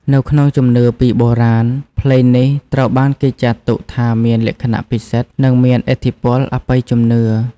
នៅក្នុងជំនឿពីបុរាណ ភ្លេងនេះត្រូវបានគេចាត់ទុកថាមានលក្ខណៈពិសិដ្ឋ និងមានឥទ្ធិពលអបិយជំនឿ។